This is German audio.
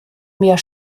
mehr